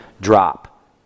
drop